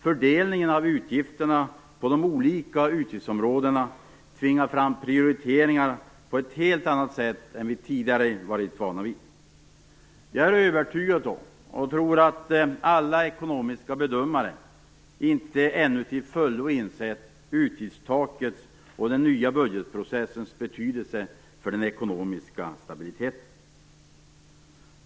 Fördelningen av utgifterna på de olika utgiftsområdena tvingar fram prioriteringar på ett helt annat sätt än vi tidigare har varit vana vid. Jag är övertygad om att alla ekonomiska bedömare inte ännu till fullo insett utgiftstakets och den nya budgetprocessens betydelse för den ekonomiska stabiliteten.